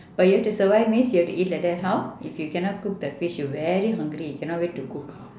but you have to survive means you have to eat like that how if you cannot cook the fish you very hungry cannot wait to cook